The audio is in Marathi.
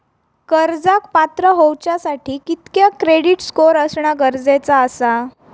कर्जाक पात्र होवच्यासाठी कितक्या क्रेडिट स्कोअर असणा गरजेचा आसा?